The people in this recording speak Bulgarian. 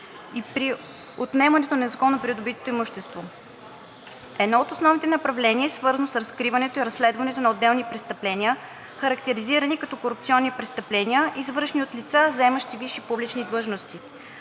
и при отнемането на незаконно придобитото имущество. Едно от основните направления е свързано с разкриването и разследването на определени престъпления, характеризирани като корупционни престъпления, извършени от лица, заемащи висши публични длъжности,